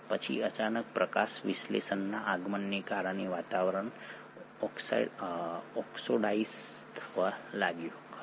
પછી અચાનક પ્રકાશસંશ્લેષણના આગમનને કારણે વાતાવરણ ઓક્સિડાઇઝ થવા લાગ્યું ખરું ને